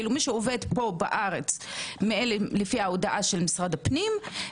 מי שעובד פה בארץ לפי ההודעה של משרד הפנים,